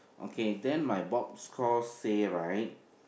okay then my board score say right